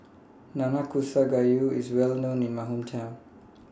Nanakusa Gayu IS Well known in My Hometown